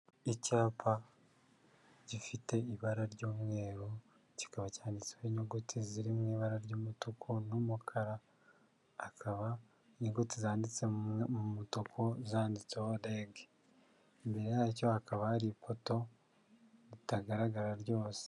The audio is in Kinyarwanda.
Icyapa gifite ibara ry'umweru kikaba cyanditseho inyuguti ziri mu ibara ry'umutuku n'umukara akaba inyuguti zanditse mu mutuku zanditseho Rege, imbere yacyo hakaba hari ipoto ritagaragara ryose.